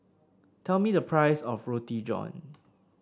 tell me the price of Roti John